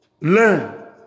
learn